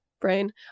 brain